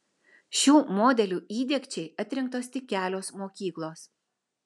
šių modelių įdiegčiai atrinktos tik kelios mokyklos